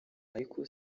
ariko